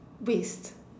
waste